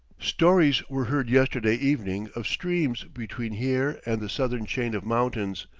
stories were heard yesterday evening of streams between here and the southern chain of mountains,